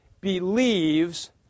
believes